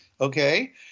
okay